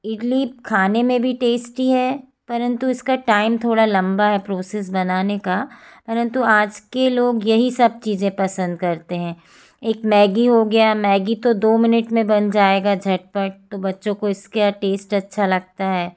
इडली खाने में भी टेस्टी है परन्तु इसका टाइम थोड़ा लम्बा है प्रोसेस बनाने का परन्तु आज के लोग यही सब चीज़ें पसंद करते हैं एक मैगी हो गया मैगी तो दो मिनट में बन जाएगी झट पट तो बच्चों को इसका टेस्ट अच्छा लगता है